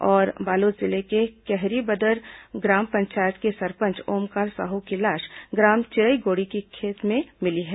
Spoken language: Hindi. और बालोद जिले के करहीबदर ग्राम पंचायत के सरपंच ओमकार साहू की लाश ग्राम चिरईगोड़ी के खेत में मिली है